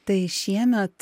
tai šiemet